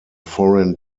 foreign